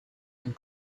and